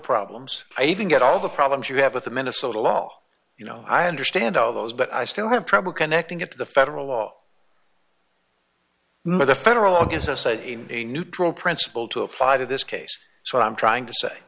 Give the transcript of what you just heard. problems i even get all the problems you have with the minnesota law you know i understand all those but i still have trouble connecting it to the federal law the federal law gives us a a neutral principle to apply to this case so i'm trying to say